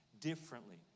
differently